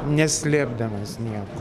neslėpdamas nieko